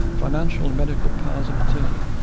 financial and medical powers of attorney,